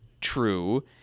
true